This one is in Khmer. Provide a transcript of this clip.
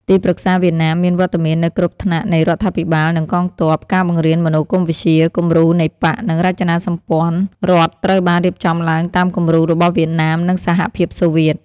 ទីប្រឹក្សាវៀតណាមមានវត្តមាននៅគ្រប់ថ្នាក់នៃរដ្ឋាភិបាល និងកងទ័ព ការបង្រៀនមនោគមវិជ្ជា: គំរូនៃបក្ស និងរចនាសម្ព័ន្ធរដ្ឋត្រូវបានរៀបចំឡើងតាមគំរូរបស់វៀតណាម និងសហភាពសូវៀត ។